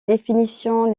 définition